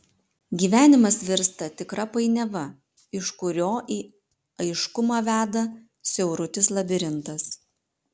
gyvenimas virsta tikra painiava iš kurio į aiškumą veda siaurutis labirintas